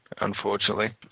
unfortunately